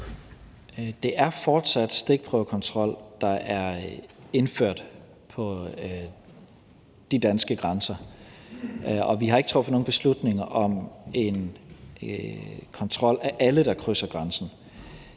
Det er fortsat stikprøvekontrol, der er indført ved de danske grænser, og vi har ikke truffet nogen beslutning om en kontrol af alle, der krydser grænsen.